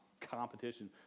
competition